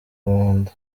munda